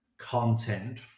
content